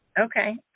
Okay